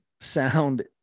sound